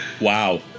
wow